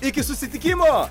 iki susitikimo